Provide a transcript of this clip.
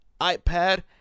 iPad